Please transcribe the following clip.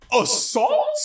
Assault